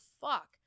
fuck